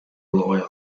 lawyer